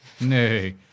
Nay